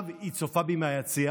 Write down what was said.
עכשיו היא צופה בי מהיציע.